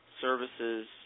Services